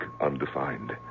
undefined